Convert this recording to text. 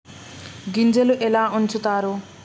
గింజలు ఎలా ఉంచుతారు?